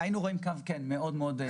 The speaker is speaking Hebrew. כן, היינו רואים קו מאוד דומה.